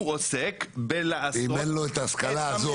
הוא עוסק בלעשות את המדיניות --- ואם אין לו את ההשכלה הזאת,